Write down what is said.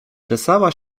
czesała